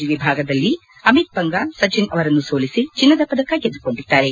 G ವಿಭಾಗದಲ್ಲಿ ಅಮಿತ್ ಪಂಗಾಲ್ ಸಚಿನ್ ಅವರನ್ನು ಸೋಲಿಸಿ ಚಿನ್ನದ ಪದಕ ಗೆದ್ದುಕೊಂಡಿದ್ದಾರೆ